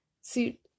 See